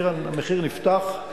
המחיר נפתח.